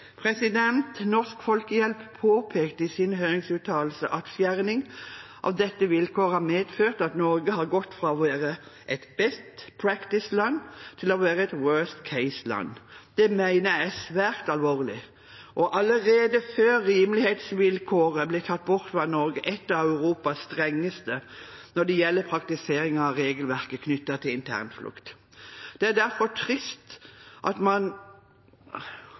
Norsk Folkehjelp påpekte i sin høringsuttalelse at fjerning av dette vilkåret har medført at Norge har gått fra å være et «best practice»-land til å være et «worst case»-land. Det mener jeg er svært alvorlig. Allerede før rimelighetsvilkåret ble tatt bort, var Norge et av Europas strengeste når det gjelder praktisering av regelverket knyttet til internflukt. Det er derfor trist at